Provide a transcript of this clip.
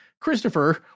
Christopher